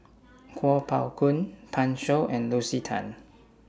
Kuo Pao Kun Pan Shou and Lucy Tan